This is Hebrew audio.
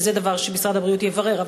וזה דבר שמשרד הבריאות יברר,